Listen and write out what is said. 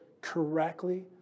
correctly